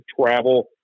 travel